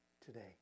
today